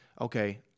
okay